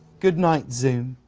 goodnight, zoom